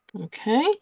Okay